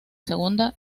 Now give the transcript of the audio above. segunda